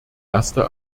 erste